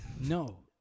No